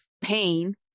pain